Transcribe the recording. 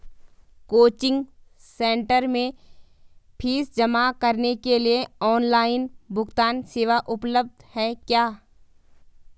Coaching centre में fees जमा करने के लिए ऑनलाइन भुगतान सेवा उपलब्ध है क्या?